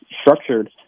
structured